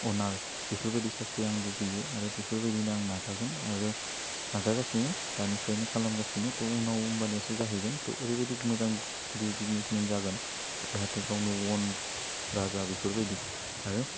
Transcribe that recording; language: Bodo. अनार बेफोरबायदि साख्रि आं लुगैयो आरो बेफोरबायदिनो आं नाजागोन आरो नाजागासिनो दानिफ्रायनो खालामगासिनो थह उनाव होमबानिसो जाहैगोन थह ओरैबायदि मोजां गिदिर बिजिनिसमेन जागोन जाहाथे गावनो अन राजा बेफोरबायदि आरो